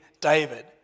David